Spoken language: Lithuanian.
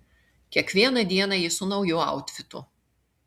kiekvieną dieną ji su nauju autfitu